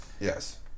Yes